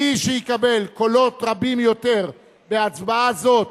מי שיקבל קולות רבים יותר בהצבעה זאת